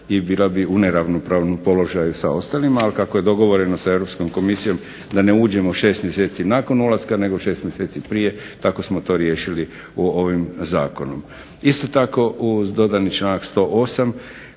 i bila bi u neravnopravnom položaju sa ostalima ali kako je dogovoreno sa europskom komisijom da ne uđemo šest mjeseci nakon ulaska nego šest mjeseci prije tako smo to riješili ovim Zakonom. Isto tako uz dodani članak 108.